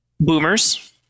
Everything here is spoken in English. boomers